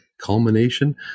culmination